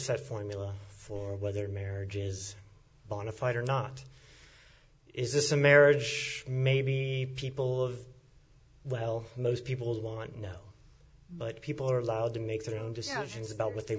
set formula for whether marriage is bonafide or not is this a marriage may be people of well most people want to know but people are allowed to make their own decisions about what they